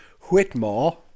Whitmore